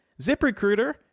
ZipRecruiter